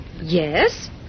yes